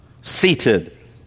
seated